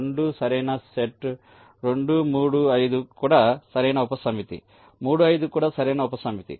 2 సరైన సెట్ 2 3 5 కూడా సరైన ఉపసమితి 3 5 కూడా సరైన ఉపసమితి